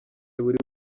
buri